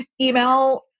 Email